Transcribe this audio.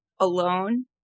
Alone